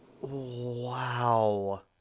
wow